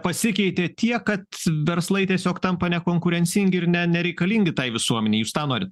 pasikeitė tiek kad verslai tiesiog tampa nekonkurencingi ir ne nereikalingi tai visuomenei jūs tą norit